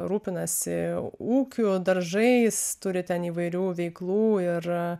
rūpinasi ūkiu daržais turi ten įvairių veiklų ir